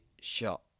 shot